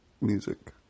music